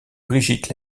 brigitte